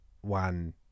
one